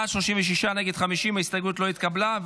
בעד, 36, נגד, 50. ההסתייגות לא התקבלה.